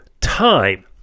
time